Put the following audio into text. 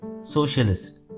Socialist